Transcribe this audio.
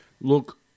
look